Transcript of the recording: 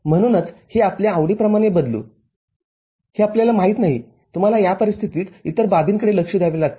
म्हणूनच हे आपल्या आवडीप्रमाणे बदलू हे आपल्याला माहित नाही तुम्हाला या परिस्थितीत इतर बाबींकडे लक्ष द्यावे लागते